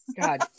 god